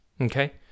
Okay